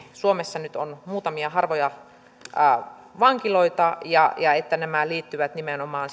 suomessa nyt on muutamia harvoja tällaisia vankiloita ja ja että nämä säännökset liittyvät nimenomaan